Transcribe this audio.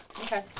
Okay